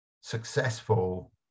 successful